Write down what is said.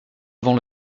avant